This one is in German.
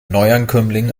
neuankömmlingen